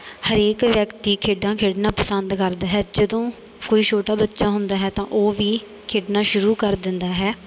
ਹਰੇਕ ਵਿਅਕਤੀ ਖੇਡਾਂ ਖੇਡਣਾ ਪਸੰਦ ਕਰਦਾ ਹੈ ਜਦੋਂ ਕੋਈ ਛੋਟਾ ਬੱਚਾ ਹੁੰਦਾ ਹੈ ਤਾਂ ਉਹ ਵੀ ਖੇਡਣਾ ਸ਼ੁਰੂ ਕਰ ਦਿੰਦਾ ਹੈ